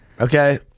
Okay